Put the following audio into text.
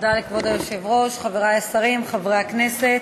תודה לכבוד היושב-ראש, חברי השרים, חברי הכנסת,